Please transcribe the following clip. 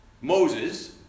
Moses